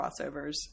crossovers